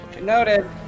Noted